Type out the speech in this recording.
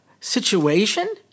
situation